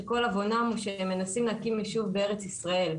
כשכל עוונם הוא שהם מנסים להקים יישוב בארץ ישראל.